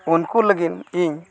ᱩᱱᱠᱩ ᱞᱟᱹᱜᱤᱫ ᱤᱧ